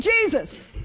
Jesus